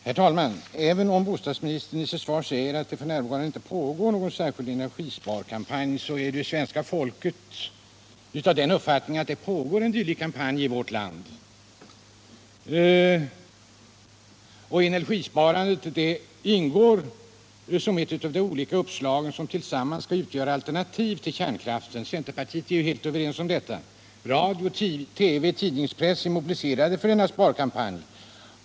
Herr talman! Även om bostadsministern i sitt svar säger att det f.n. inte pågår någon särskild energisparkampanj i vårt land, har svenska folket ändå den uppfattningen att så är fallet. Energisparandet ingår som ett av uppslagen till sådana verksamheter som tillsammans skall utgöra ett alternativ till kärnkraften. Också centerpartiet är helt inne på den linjen. Radio, TV och tidningspress är mobiliserade för denna kampanj.